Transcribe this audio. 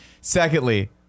Secondly